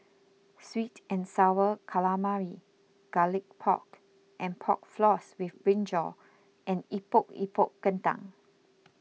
Sweet and Sour Calamari Garlic Pork and Pork Floss with Brinjal and Epok Epok Kentang